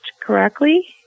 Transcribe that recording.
correctly